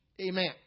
Amen